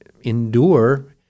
endure